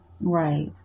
right